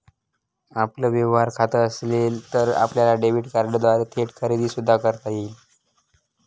आपलं व्यवहार खातं असेल तर आपल्याला डेबिट कार्डद्वारे थेट खरेदी सुद्धा करता येईल